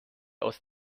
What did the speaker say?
aus